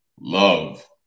love